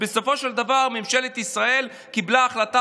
שבסופו של דבר ממשלת ישראל קיבלה החלטה